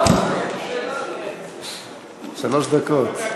שלוש דקות.